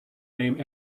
name